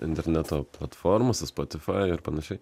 interneto platformose spotify ar panašiai